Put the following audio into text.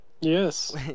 yes